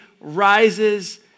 rises